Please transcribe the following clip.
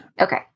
Okay